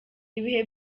ibihe